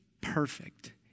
perfect